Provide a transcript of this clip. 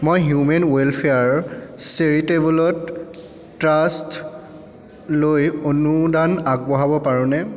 মই হিউমেন ৱেলফেয়াৰৰ চেৰিটেবুলত ট্ৰাষ্ট লৈ অনুদান আগবঢ়াব পাৰোঁনে